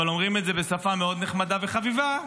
אבל אומרים את זה בשפה מאוד נחמדה וחביבה,